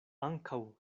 ankaŭ